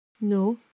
No